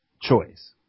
choice